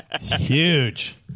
Huge